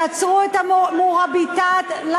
כשעצרו את ה"מוראביטאת" זה חסוי.